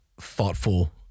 thoughtful